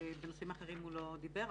בנושאים אחרים הוא לא דיבר.